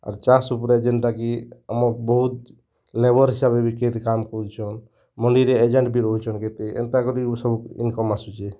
ଆର୍ ଚାଷ୍ ଉପରେ ଯେନ୍ତାକି ଆମ ବହୁତ ଲେବର୍ ହିସାବରେ ବି କେଇତି କାମ୍ କରୁଛନ୍ ମଣ୍ଡିରେ ଏଜେଣ୍ଟ ବି ରହୁଛନ୍ କେତେ ଏନ୍ତା କରି ସବୁ ଇନକମ୍ ଆସୁଛେ